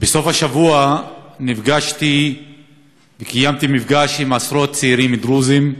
בסוף השבוע קיימתי מפגש עם עשרות צעירים דרוזים,